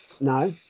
No